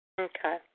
Okay